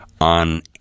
on